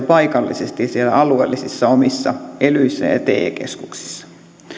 paikallisesti siellä alueellisissa omissa elyissä ja te keskuksissa